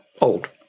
old